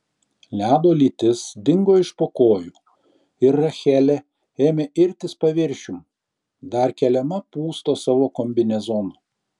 ledo lytis dingo iš po kojų ir rachelė ėmė irtis paviršiun dar keliama pūsto savo kombinezono